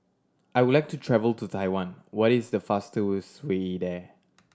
I would like to travel to Taiwan what is the fastest way there